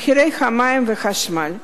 מחירי המים והחשמל.